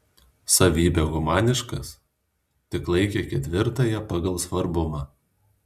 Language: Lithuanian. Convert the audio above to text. savybę humaniškas tik laikė ketvirtąja pagal svarbumą